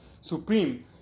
supreme